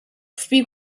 speak